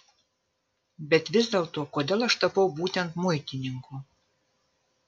bet vis dėlto kodėl aš tapau būtent muitininku